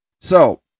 So-